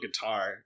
guitar